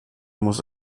muss